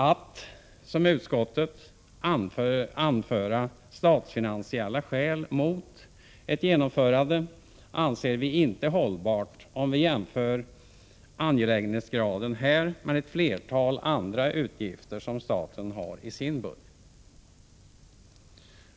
Att, som utskottet gör, anföra statsfinansiella skäl mot ett genomförande anser vi inte hållbart, om vi jämför angelägenhetsgraden här med ett flertal andra utgifter som staten har i sin budget.